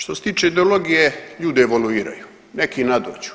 Što se tiče ideologije ljudi evaluiraju, neki nadođu.